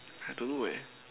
I don't know eh